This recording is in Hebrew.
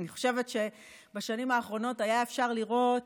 אני חושבת שבשנים האחרונות היה אפשר לראות